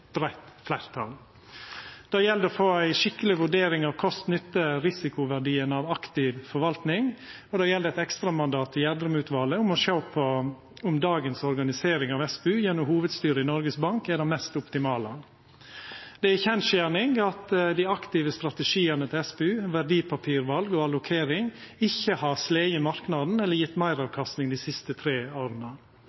breitt fleirtal. Det gjeld å få ei skikkeleg vurdering av kost–nytte-verdien og risikoen ved aktiv forvaltning, og det gjeld eit ekstramandat i Gjedrem-utvalet om å sjå på om dagens organisering av SPU gjennom hovudstyret i Noregs Bank er det mest optimale. Det er ei kjensgjerning at dei aktive strategiane til SPU, verdipapirval og allokering, ikkje har slege an i marknaden eller gitt meiravkastning dei siste tre åra. Det framgår av